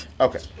Okay